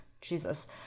Jesus